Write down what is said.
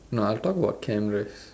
no I'll talk about cameras